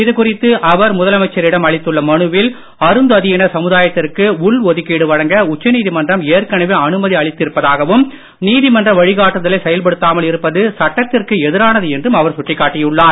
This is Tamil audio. இரு குறித்து அவர் முதலமைச்சரிடம் அளித்துள்ள மனுவில் அருந்ததியினர் சமுதாயத்திற்கு உள் ஒதுக்கீடு வழங்க உச்ச நீதிமன்றம் ஏற்கனவே அனுமதி அளித்திருப்பதாகவும் நீதிமன்ற வழிகாட்டுதலை செயல்படுத்தாமல் இருப்பது சட்டத்திற்கு எதிரானது என்றும் அவர் சுட்டிக் காட்டியுள்ளார்